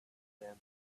them